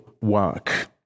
work